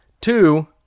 Two